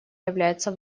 является